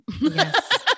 Yes